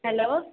hello